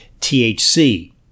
THC